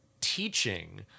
teaching